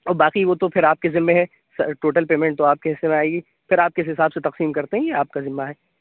اور باقی وہ تو پھر آپ کے ذمے ہے سا ٹوٹل پیمنٹ تو آپ کے حصّے میں آئے گی پھر آپ کس حساب سے تقسیم کرتے ہیں یہ آپ کا ذمہ ہے